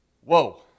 Whoa